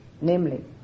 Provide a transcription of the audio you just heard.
namely